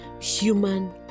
human